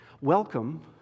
Welcome